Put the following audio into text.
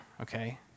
okay